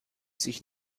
sich